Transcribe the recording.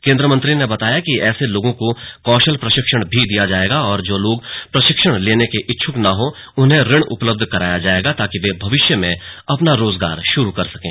केन्द्रीय मंत्री ने बताया कि ऐसे लोगों को कौशल प्रशिक्षण भी दिया जाएगा और जो लोग प्रशिक्षण लेने के इच्छुक न हो उन्हें ऋण उपलब्ध कराया जायेगा ताकि वे भविष्य में अपना रोजगार शुरू कर सकें